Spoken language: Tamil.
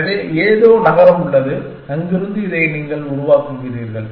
எனவே ஏதோ நகரம் உள்ளது அங்கிருந்து இதை நீங்கள் உருவாக்குகிறீர்கள்